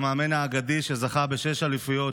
המאמן האגדי שזכה בשש אליפויות,